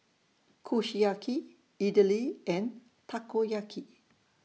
Kushiyaki Idili and Takoyaki